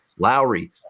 lowry